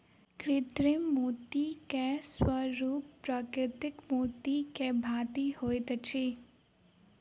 कृत्रिम मोती के स्वरूप प्राकृतिक मोती के भांति होइत अछि